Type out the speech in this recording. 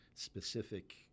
specific